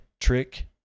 trick